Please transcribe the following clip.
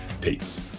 Peace